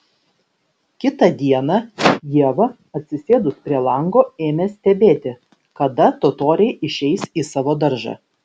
kitą dieną ieva atsisėdus prie lango ėmė stebėti kada totoriai išeis į savo daržą